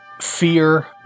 fear